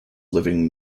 living